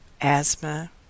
asthma